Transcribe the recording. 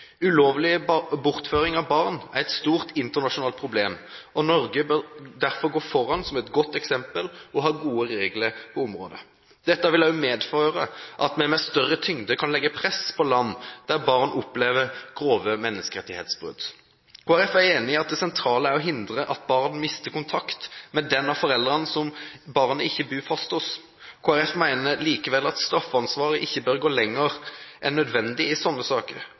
Ulovlig bortføring av barn er et stort internasjonalt problem, og Norge bør derfor gå foran som et godt eksempel og ha gode regler på området. Dette vil også medføre at vi med større tyngde kan legge press på land der barn opplever grove menneskerettighetsbrudd. Kristelig Folkeparti er enig i at det sentrale er å hindre at barn mister kontakt med den av foreldrene som barnet ikke bor fast hos. Kristelig Folkeparti mener likevel at straffansvaret ikke bør gå lenger enn nødvendig i slike saker,